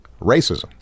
Racism